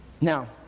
Now